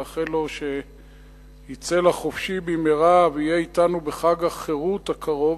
לאחל לו שיצא לחופשי במהרה ויהיה אתנו בחג החירות הקרוב.